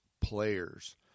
players